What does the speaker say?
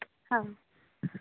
ಹಾಂ